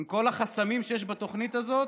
עם כל החסמים שיש בתוכנית הזאת,